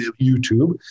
youtube